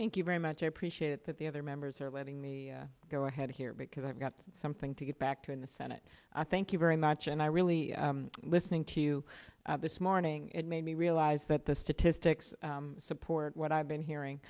thank you very much i appreciate that the other members are letting me go ahead here because i've got something to get back to in the senate i thank you very much and i really listening to you this morning it made me realize that the statistics support what i've been hearing